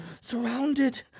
Surrounded